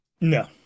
No